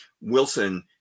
Wilson